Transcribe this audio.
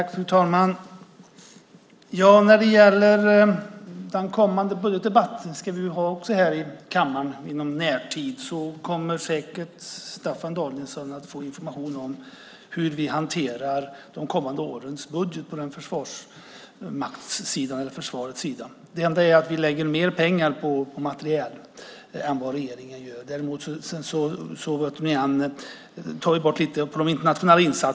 Fru talman! När det gäller den kommande budgetdebatten - den ska vi ju också ha här i kammaren inom närtid - kommer Staffan Danielsson säkert att få information om hur vi hanterar de kommande årens budget på försvarsmaktssidan eller försvarets sida. Det enda är att vi lägger mer pengar på materiel än vad regeringen gör. Sedan tar vi bort lite när det gäller de internationella insatserna.